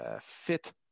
fit